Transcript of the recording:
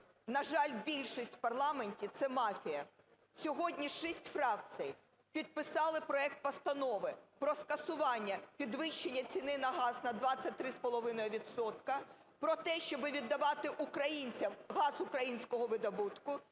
На жаль, більшість в парламенті – це мафія. Сьогодні шість фракцій підписали проект Постанови про скасування підвищення ціни на газ на 23,5 відсотка, про те, щоб віддавати українцям газ українського видобутку,